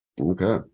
Okay